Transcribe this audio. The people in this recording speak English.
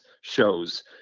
shows